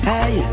Hey